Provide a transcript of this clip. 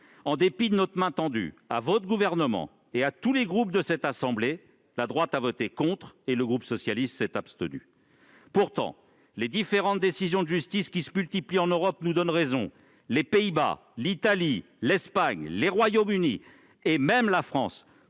En dépit de notre main tendue à votre gouvernement et à tous les groupes de cette assemblée, la droite a voté contre et le groupe socialiste s'est abstenu. Pourtant, les décisions de justice qui se multiplient en Europe nous donnent raison, que ce soit aux Pays-Bas, en Italie, en Espagne, au Royaume-Uni, et même en France